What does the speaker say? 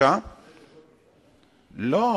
מה,